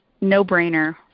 no-brainer